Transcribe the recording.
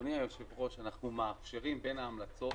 אדוני היושב-ראש, אנחנו מאפשרים בין ההמלצות